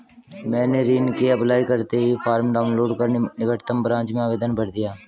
मैंने ऋण के अप्लाई करते ही फार्म डाऊनलोड कर निकटम ब्रांच में आवेदन भर दिया